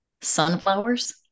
sunflowers